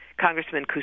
Congressman